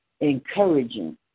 encouraging